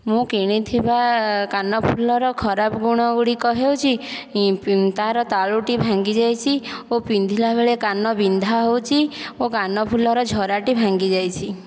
ମୁଁ କିଣିଥିବା କାନଫୁଲର ଖରାପ ଗୁଣ ଗୁଡ଼ିକ ହେଉଛି ତାର ତାଳୁ ଟି ଭାଙ୍ଗି ଯାଇଛି ଓ ପିନ୍ଧିଲା ବେଳେ କାନ ବିନ୍ଧା ହେଉଛି ଓ କାନଫୁଲର ଝରାଟି ଟି ଭାଙ୍ଗି ଯାଇଛି